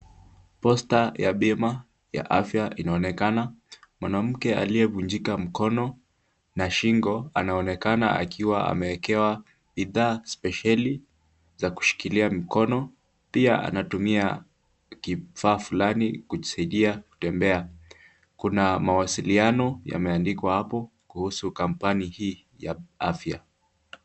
Poster ya bima ya afya inaonekana. Mwanamke aliyevunjika mkono na shingo anaonekana akiwa ameekewa bidhaa spesheli za kushikilia mkono, pia anatumia kifaa fulani kujisaidia kutembea, kuna mawasiliano yameandikwa hapo kuhusu company hii ya afya.